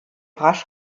rasch